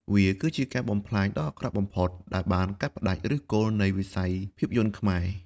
វាគឺជាការបំផ្លាញដ៏អាក្រក់បំផុត ដែលបានកាត់ផ្តាច់ឫសគល់នៃវិស័យភាពយន្តខ្មែរ។